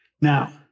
Now